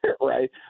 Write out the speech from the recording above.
right